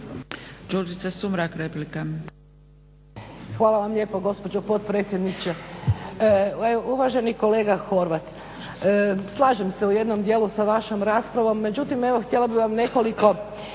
Hvala vam lijepo gospođo potpredsjednice. Uvaženi kolega Horvat, slažem se u jednom dijelu sa vašom raspravom međutim evo htjela bih vam nekoliko